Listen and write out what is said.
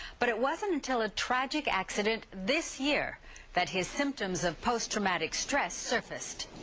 but it wasn't until a tragic accident this year that his symptoms of post traumatic stress surfaced.